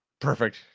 perfect